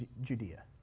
Judea